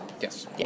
Yes